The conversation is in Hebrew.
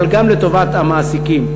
אבל גם לטובת המעסיקים,